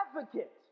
advocate